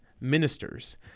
ministers